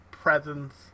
presence